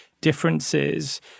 differences